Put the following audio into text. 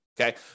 Okay